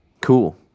cool